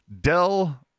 Dell